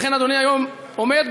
ולכן אדוני היום עומד,